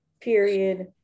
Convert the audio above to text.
Period